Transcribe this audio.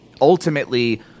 ultimately